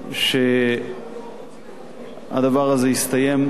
שהדבר הזה יסתיים בתוך ימים אחדים,